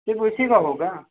सिर्फ उसी का होगा